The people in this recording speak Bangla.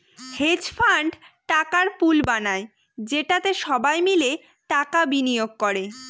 হেজ ফান্ড টাকার পুল বানায় যেটাতে সবাই মিলে টাকা বিনিয়োগ করে